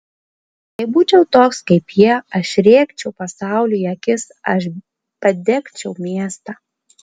jei būčiau toks kaip jie aš rėkčiau pasauliui į akis aš padegčiau miestą